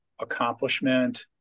accomplishment